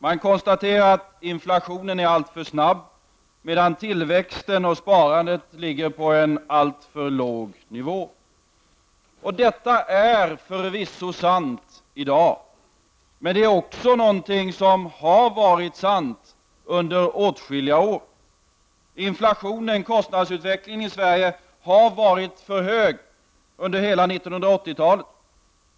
Man konstaterar att inflationen är alltför snabb, medan tillväxten och sparandet ligger på en alltför låg nivå. Detta är förvisso sant i dag. Men det är också någonting som har varit sant under åtskilliga år. Inflationen, kostnadsutvecklingen i Sverige har varit för hög under hela 1980-talet.